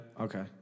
Okay